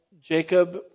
Jacob